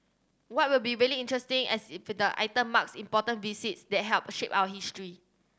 what will be really interesting as if the item marks important visits that helped shape our history